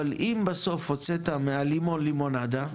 אבל אם בסוף הוצאת מהלימון לימונדה,